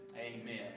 Amen